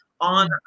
on